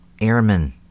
Airmen